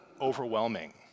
overwhelming